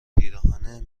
پیراهن